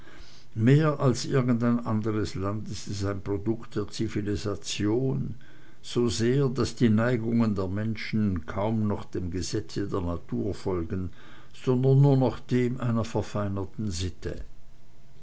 mehr als irgendein andres land ist es ein produkt der zivilisation so sehr daß die neigungen der menschen kaum noch dem gesetze der natur folgen sondern nur noch dem einer verfeinerten sitte